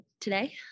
today